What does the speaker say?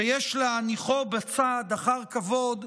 שיש להניחו בצד אחר כבוד,